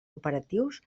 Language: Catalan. operatius